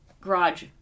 garage